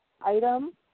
item